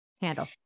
handle